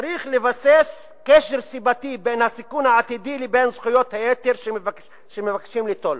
צריך לבסס קשר סיבתי בין הסיכון העתידי לבין זכויות היתר שמבקשים ליטול.